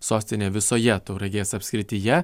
sostine visoje tauragės apskrityje